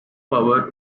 power